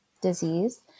disease